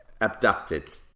abducted